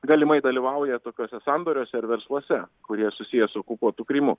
galimai dalyvauja tokiuose sandoriuose ir versluose kurie susiję su okupuotu krymu